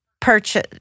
purchase